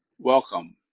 welcome